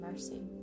Mercy